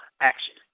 action